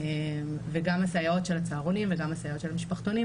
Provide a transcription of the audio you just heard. וגם הסייעות של הצהרונים וגם הסייעות של המשפחתונים,